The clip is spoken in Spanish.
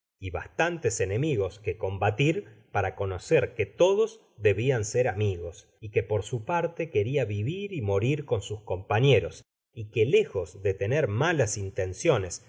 y bastantes enemigos que combatir para conocer que todos debian ser amigos que por su parte queria vivir y morir con sus compañeros y que lejos de tener malas intenciones